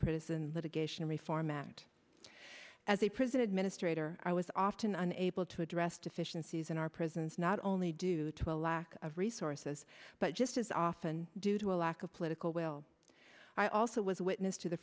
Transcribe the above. prison litigation reform act as a prison administrator i was often unable to address deficiencies in our prisons not only due to a lack of resources but just as often due to a lack of political will i also was witness to the